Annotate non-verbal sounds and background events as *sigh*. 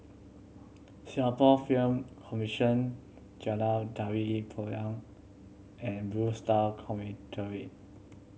Singapore Film Commission Jalan Tari Payong and Blue Star *unintelligible*